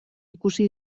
ikusi